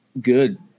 good